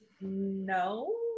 No